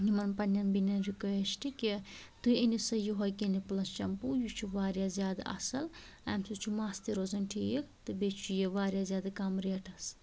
یِمن پنٕنٮ۪ن بیٚنٮ۪ن رِکویسٹہٕ کہِ تُہۍ أنِو سا یہِ یِہَے کٕلنِک پُلس شمپوٗ یہِ چھُ وارِیاہ زیادٕ اَصٕل اَمہِ سۭتۍ چھُ مَس تہِ روزان ٹھیٖک تہٕ بیٚیہِ چھُ یہِ وارِیاہ زیادٕ کَم ریٹس